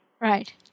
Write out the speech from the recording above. Right